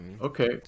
Okay